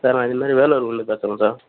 sir இது மாதிரி வேலூரில் இருந்து பேசுறோம் சார்